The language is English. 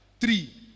Three